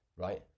Right